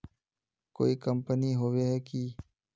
कोई कंपनी होबे है की?